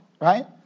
right